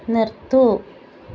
നിർത്തൂ